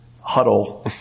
huddle